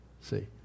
See